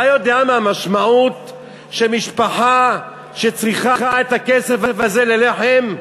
אתה יודע מה המשמעות למשפחה שצריכה את הכסף הזה ללחם?